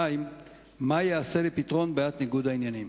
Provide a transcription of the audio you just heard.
2. מה ייעשה לפתרון בעיית ניגוד העניינים?